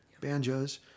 banjos